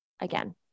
again